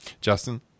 Justin